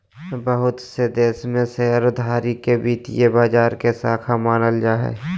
बहुत से देश में शेयरधारी के वित्तीय बाजार के शाख मानल जा हय